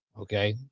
Okay